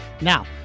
Now